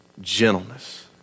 gentleness